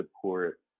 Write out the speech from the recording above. support